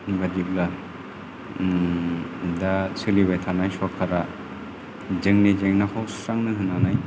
बादिब्ला दा सोलिबाय थानाय सरकारा जोंनि जेंनाखौ सुस्रांनो होनानै